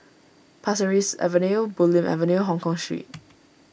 Pasir Ris Avenue Bulim Avenue Hongkong Street